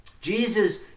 Jesus